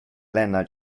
lenna